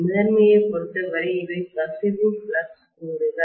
முதன்மையைப் பொருத்தவரை இவை கசிவு ஃப்ளக்ஸ் கோடுகள்